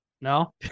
No